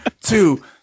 two